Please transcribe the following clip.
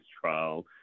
trial